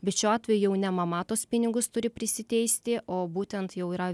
bet šiuo atveju jau ne mama tuos pinigus turi prisiteisti o būtent jau yra